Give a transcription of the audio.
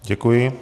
Děkuji.